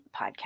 Podcast